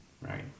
right